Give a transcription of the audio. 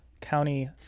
county